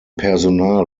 personal